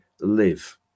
live